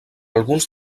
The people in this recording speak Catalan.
alguns